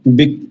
big